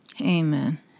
Amen